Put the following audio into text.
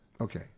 Okay